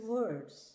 Words